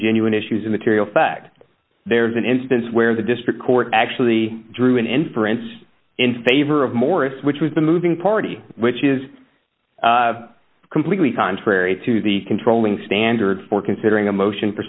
genuine issues in the terry effect there's an instance where the district court actually drew an inference in favor of morris which was the moving party which is completely contrary to the controlling standard for considering a motion for